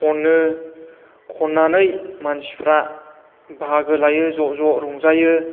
खनो खननानै मानसिफ्रा बाहागो लायो ज'ज' रंजायो